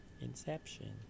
Inception